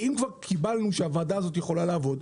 אם כבר קיבלנו שהוועדה הזאת יכולה לעבוד,